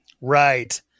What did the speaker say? right